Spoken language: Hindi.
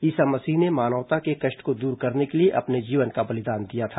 ईसा मसीह ने मानवता के कष्ट दूर करने के लिए अपने जीवन का बलिदान दिया था